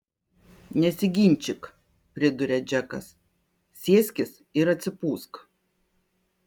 nesiginčyk priduria džekas sėskis ir atsipūsk